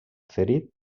ferit